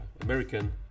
American